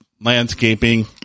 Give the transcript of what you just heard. landscaping